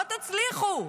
לא תצליחו,